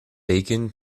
bacon